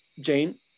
Jane